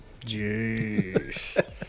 Jeez